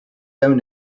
own